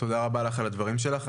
תודה רבה לך על הדברים שלך.